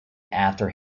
after